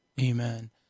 Amen